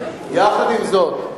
יחד עם זאת,